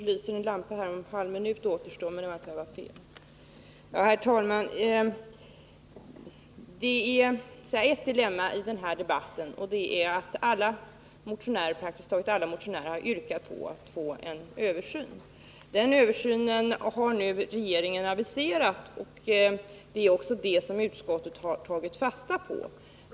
Herr talman! Ett dilemma i denna debatt är att praktiskt taget alla motionärer har yrkat på att få en översyn. Den översynen har regeringen nu aviserat, vilket utskottet också har tagit fasta på.